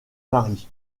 mari